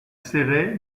serré